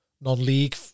non-league